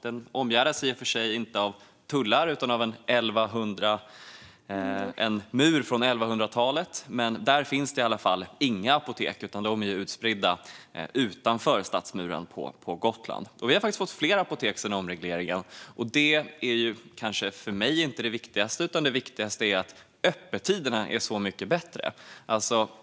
Den omgärdas i och för sig inte av tullar utan av en mur från 1100-talet. Där finns inga apotek. De är utspridda utanför stadsmuren, på Gotland. Vi har faktiskt fått fler apotek sedan omregleringen. Men det är för mig inte det viktigaste, utan det viktigaste är att öppettiderna är så mycket bättre.